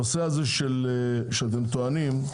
הנושא הזה שאתם טוענים,